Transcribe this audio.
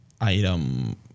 item